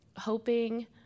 hoping